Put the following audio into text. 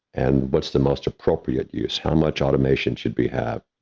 and what's the most appropriate use? how much automation should be had?